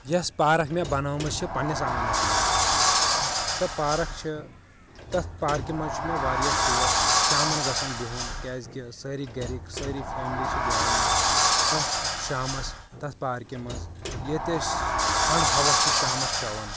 یس پارک مےٚ بنٲومٕژ چھِ پننِس آگنس منٛز سۄ پارک چھِ تتھ پارکہِ منٛز چھُ مےٚ واریاہ شوق شامن گژھان بِہُن کیاز کہِ سٲری گرٕکۍ سٲری فیملی چھِ بہوان اتۍ تتھ شامس تتھ پارکہِ منٛز یتہِ أسۍ ٹھنٛڈ ہوا چھِ شامنس چٮ۪وان